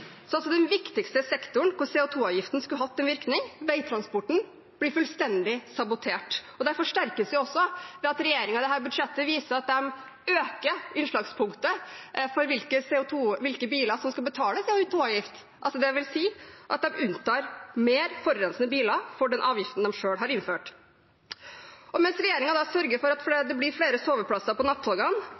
Den viktigste sektoren hvor CO 2 -avgiften skulle hatt en virkning, veitransporten, blir fullstendig sabotert. Det forsterkes også ved at regjeringen i dette budsjettet viser at de øker innslagspunktet for hvilke biler som skal betale CO 2 -avgift. Det vil si at de unntar mer forurensende biler fra avgiften de selv har innført. Mens regjeringen sørger for at det blir flere soveplasser på nattogene,